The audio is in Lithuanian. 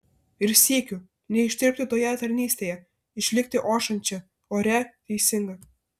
ir sykiu neištirpti toje tarnystėje išlikti ošiančia oria teisinga